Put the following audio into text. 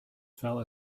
fell